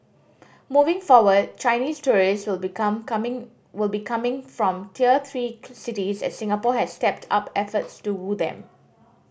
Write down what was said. moving forward Chinese tourists will become coming will be coming from tier three cities as Singapore has stepped up efforts to woo them